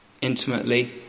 intimately